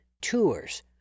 Tours